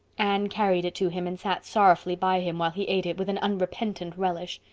anne carried it to him and sat sorrowfully by him while he ate it with an unrepentant relish.